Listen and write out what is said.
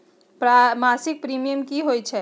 मासिक प्रीमियम की होई छई?